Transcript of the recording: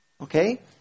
okay